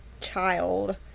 child